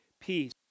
peace